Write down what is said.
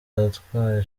yatwaye